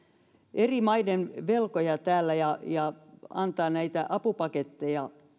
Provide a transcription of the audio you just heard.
eri maiden velkoja täällä ja ja antaa näitä apupaketteja